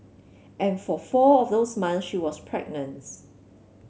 and for four of those months she was pregnant